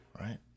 right